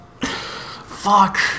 Fuck